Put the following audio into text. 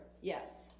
yes